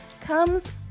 comes